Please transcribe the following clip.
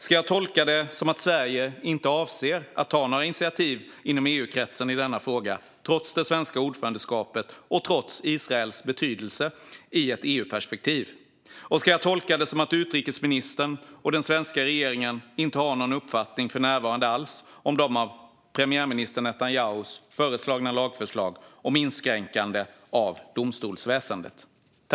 Ska jag tolka det som att Sverige inte avser att ta några initiativ inom EU-kretsen i denna fråga, trots det svenska ordförandeskapet och trots Israels betydelse i ett EU-perspektiv? Och ska jag tolka det som att utrikesministern och den svenska regeringen för närvarande inte har någon uppfattning alls om premiärminister Netanyahus lagförslag om inskränkande av domstolsväsendet?